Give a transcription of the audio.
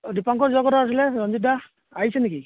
দীপাংকৰ যোৱা কথা আছিলে ৰঞ্জিতা আহিছে নেকি